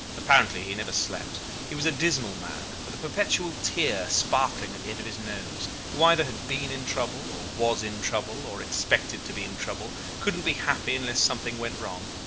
apparently he never slept. he was a dismal man, with a perpetual tear sparkling at the end of his nose, who either had been in trouble, or was in trouble, or expected to be in trouble couldn't be happy unless something went wrong.